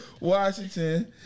Washington